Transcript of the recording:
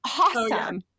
awesome